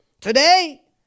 Today